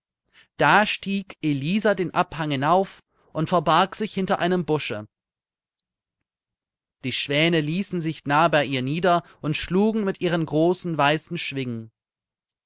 da stieg elisa den abhang hinauf und verbarg sich hinter einem busche die schwäne ließen sich nahe bei ihr nieder und schlugen mit ihren großen weißen schwingen